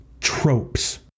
tropes